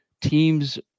teams